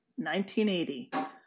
1980